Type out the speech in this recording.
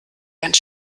ganz